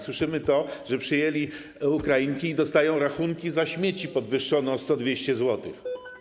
Słyszymy to, że przyjęli Ukrainki i dostają rachunki za śmieci podwyższone o 100 zł, 200 zł.